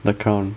the crown